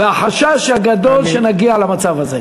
החשש הגדול הוא שנגיע למצב הזה.